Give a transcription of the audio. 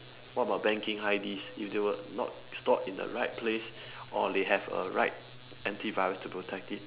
what about banking I_Ds if they were not stored in right place or they have a right anti virus to protect it